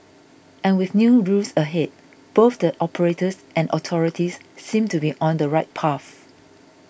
and with new rules ahead both the operators and authorities seem to be on the right path